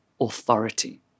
authority